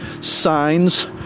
signs